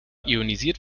ionisiert